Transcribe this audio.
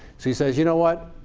so he says, you know what?